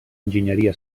enginyeria